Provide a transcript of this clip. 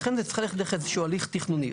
לכן צריך ללכת דרך איזשהו הליך תכנוני.